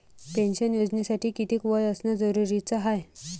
Pension योजनेसाठी कितीक वय असनं जरुरीच हाय?